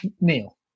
Neil